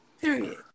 period